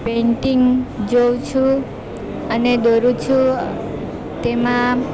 painting જોઉં છું અને દોરું છું તેમાં